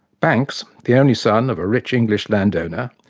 banks, the only son of a rich english land-owner,